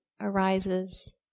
arises